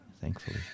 thankfully